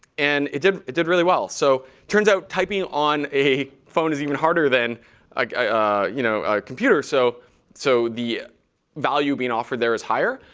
and it did it did really well. so it turns out typing on a phone is even harder than a ah you know computer, so so the value being offered there is higher.